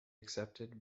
accepted